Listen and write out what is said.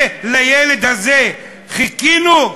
ולילד הזה חיכינו?